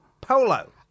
Polo